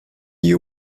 you